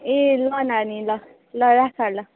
ए ल नानी ल ल राख ल